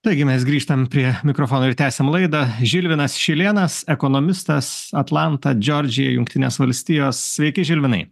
taigi mes grįžtam prie mikrofono ir tęsiam laidą žilvinas šilėnas ekonomistas atlanta džordžija jungtinės valstijos sveiki žilvinai